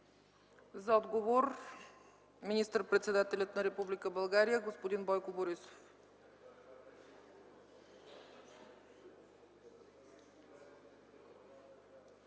За отговор – министър председателят на Република България господин Бойко Борисов.